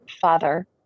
father